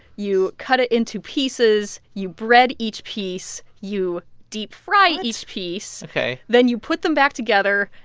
you cut it into pieces. you bread each piece. you deep fry each piece ok then you put them back together,